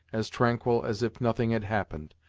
as tranquil as if nothing had happened,